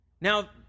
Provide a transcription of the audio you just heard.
Now